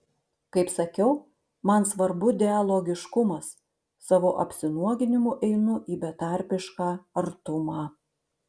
kaip sakiau man svarbu dialogiškumas savo apsinuoginimu einu į betarpišką artumą